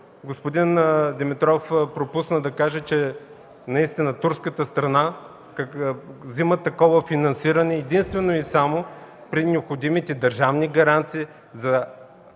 господин Димитров пропусна да каже, че наистина турската страна взима такова финансиране единствено и само при необходимите държавни гаранции за